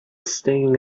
staying